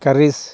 curries